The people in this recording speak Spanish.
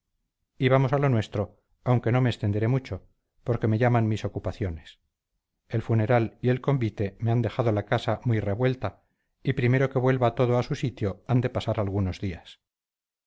y vamos a lo nuestro aunque no me extenderé mucho porque me llaman mis ocupaciones el funeral y el convite me han dejado la casa muy revuelta y primero que vuelva todo a su sitio han de pasar algunos días